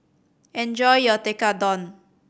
enjoy your Tekkadon